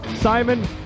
Simon